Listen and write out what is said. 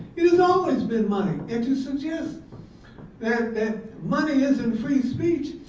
it has always been money. and to suggest that that money isn't free speech,